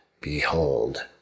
behold